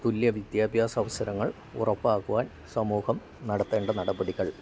തുല്യ വിദ്യാഭ്യാസം അവസരങ്ങൾ ഉറപ്പാക്കുവാൻ സമൂഹം നടത്തേണ്ട നടപടികൾ